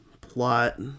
plot